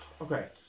Okay